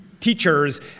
teachers